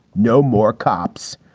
no more cops.